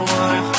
one